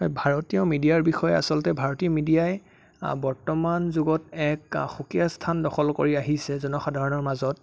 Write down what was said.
ভাৰতীয় মিডিয়াৰ বিষয়ে আচলতে ভাৰতীয় মিডিয়াই বৰ্তমান যুগত এক সুকীয়া স্থান দখল কৰি আহিছে জনসাধাৰণৰ মাজত